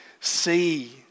see